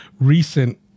recent